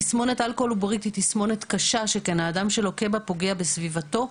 תסמונת אלכוהול עוברית היא תסמונת קשה שכן האדם שלוקה בה פוגע בסביבתו,